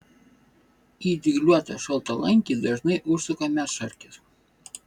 į dygliuotą šaltalankį dažnai užsuka medšarkės